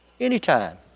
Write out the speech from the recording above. anytime